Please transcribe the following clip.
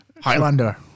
Highlander